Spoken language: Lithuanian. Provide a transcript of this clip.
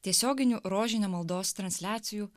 tiesioginių rožinio maldos transliacijų